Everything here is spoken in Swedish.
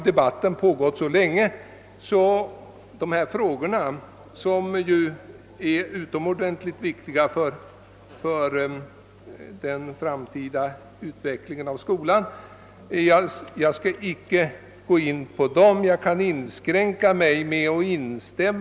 Debatten i dessa frågor, som är så utomordentligt viktiga för den framtida utvecklingen inom skolan, har pågått så länge, att de redan blivit tillräckligt belysta.